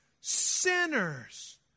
sinners